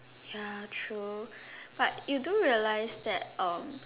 ya true but you do realise that um